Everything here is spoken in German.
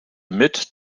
mit